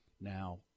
now